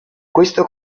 questo